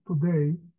today